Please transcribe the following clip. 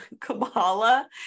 Kabbalah